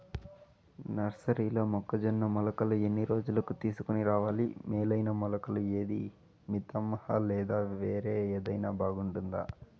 నర్సరీలో మొక్కజొన్న మొలకలు ఎన్ని రోజులకు తీసుకొని రావాలి మేలైన మొలకలు ఏదీ? మితంహ లేదా వేరే ఏదైనా బాగుంటుందా?